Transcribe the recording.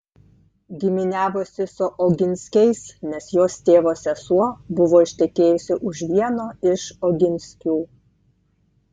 giminiavosi su oginskiais nes jos tėvo sesuo buvo ištekėjusi už vieno iš oginskių